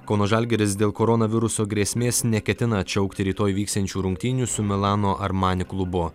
kauno žalgiris dėl koronaviruso grėsmės neketina atšaukti rytoj vyksiančių rungtynių su milano armani klubu